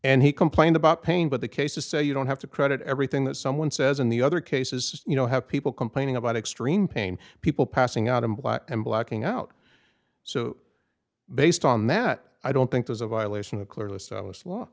and he complained about pain but the case to say you don't have to credit everything that someone says in the other cases you know have people complaining about extreme pain people passing out in black and blacking out so based on that i don't think there's a violation of clearly